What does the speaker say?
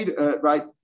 right